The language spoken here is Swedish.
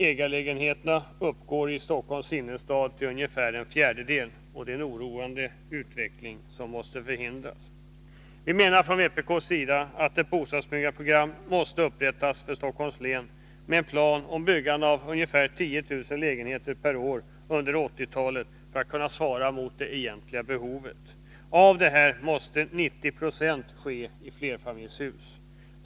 Ägar lägenheterna i Stockholms innerstad uppgår till ungefär en fjärdedel. Det är en oroande utveckling som måste stoppas. Vi menar från vpk:s sida att ett bostadsbyggnadsprogram för Stockholms län måste upprättas, med en plan för byggande av ungefär 10 000 lägenheter per år under 1980-talet, för att antalet lägenheter skall kunna svara upp mot det egentliga behovet. 90 26 av byggandet måste ske i flerfamiljshus.